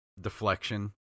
deflection